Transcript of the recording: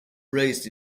raised